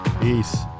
peace